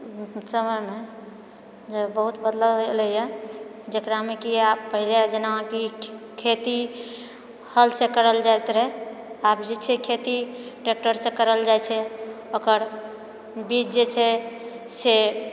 जे बहुत बदलाव एलैए हँ जकरामे कि पहले जेनाकि खेती हलसँ करल जाइत रहै आब जे छै खेती ट्रैक्टरसे करल जाइत छै ओकर बीज जेछै से